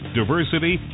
Diversity